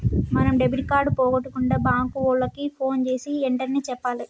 మనం debit card పోగొట్టుకుంటే bank ఓళ్ళకి పోన్ జేసీ ఎంటనే చెప్పాల